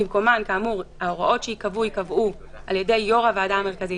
במקומם כאמור ההוראות שיקבעו יקבעו על ידי יושב-ראש הוועדה המרכזית,